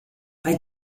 bei